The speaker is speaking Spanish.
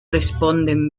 responden